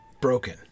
broken